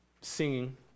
singing